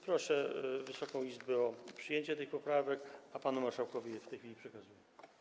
Proszę Wysoką Izbę o przyjęcie tych poprawek, a panu marszałkowi w tej chwili je przekazuję.